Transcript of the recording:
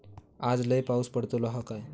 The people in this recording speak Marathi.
आज लय पाऊस पडतलो हा काय?